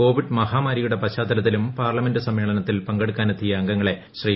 Covid മഹാമാരിയുടെ പശ്ചാത്തലത്തിലും parliament സമ്മേളനത്തിൽ പ്രിങ്കെടുക്കാനാനെത്തിയ അംഗങ്ങളെ ശ്രീ